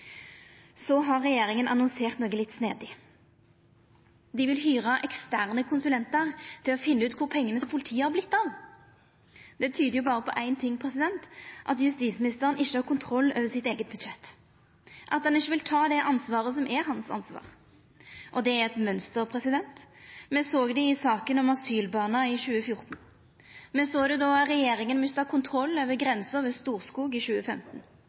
Så har regjeringa annonsert noko litt snedig. Dei vil hyra eksterne konsulentar til å finna ut kvar pengane til politiet har vorte av. Det tyder berre på ein ting: at justisministeren ikkje har kontroll over sitt eige budsjett, at han ikkje vil ta det ansvaret som er hans. Og det er eit mønster. Me såg det i saka om asylbarna i 2014. Me såg det då regjeringa mista kontroll over grensa ved Storskog i 2015.